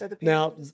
Now